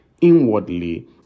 inwardly